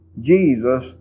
Jesus